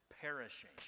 perishing